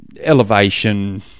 elevation